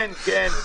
כן, כן.